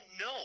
no